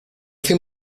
fin